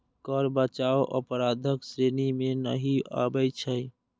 कर बचाव अपराधक श्रेणी मे नहि आबै छै